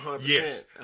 Yes